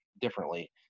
differently